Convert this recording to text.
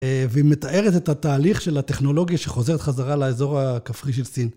והיא מתארת את התהליך של הטכנולוגיה שחוזרת חזרה לאזור הכפרי של סין.